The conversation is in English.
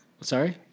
sorry